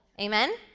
Amen